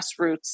grassroots